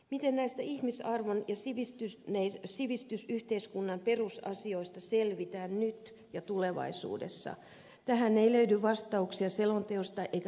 miten näistä ihmisarvon ja sivistysyhteiskunnan perusasioista selvitään nyt ja tulevaisuudessa tähän ei löydy vastauksia selonteosta eikä mietinnöstä